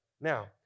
Now